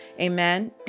Amen